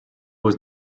was